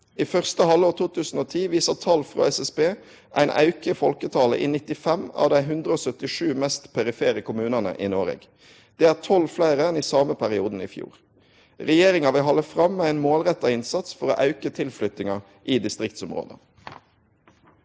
I første halvår 2010 viser tal frå SSB ein auke i folketalet i 95 av dei 177 mest perifere kommunane i Noreg. Det er 12 fleire enn i same perioden i fjor. Regjeringa vil halde fram med ein målretta innsats for å auke tilflyttinga i distriktsområda.